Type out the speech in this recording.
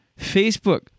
Facebook